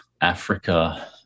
Africa